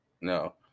No